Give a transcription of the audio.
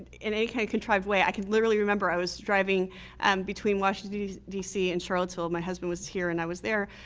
in any kind of contrived way. i can literally remember i was driving between washington d c. and charlottesville. my husband was here, and i was there,